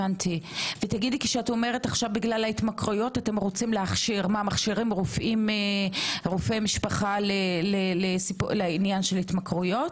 בגלל ההתמכרויות מכשירים רופאי משפחה לעניין של התמכרויות?